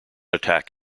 attack